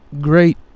great